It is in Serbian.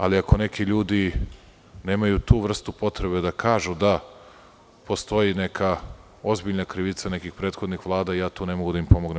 Ali, ako neki ljudi nemaju tu vrstu potrebe da kažu da postoji neka ozbiljna krivica nekih prethodnih vlada, ja tu ne mogu da im pomognem.